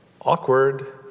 awkward